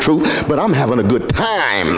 truth but i'm having a good time